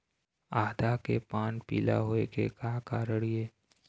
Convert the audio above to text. आदा के पान पिला होय के का कारण ये?